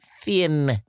thin